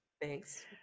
Thanks